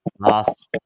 Last